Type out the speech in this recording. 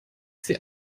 sehe